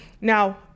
Now